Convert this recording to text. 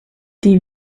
die